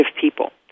people